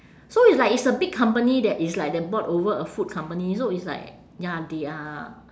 so it's like it's a big company that it's like that bought over a food company so it's like ya they are